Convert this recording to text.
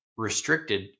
restricted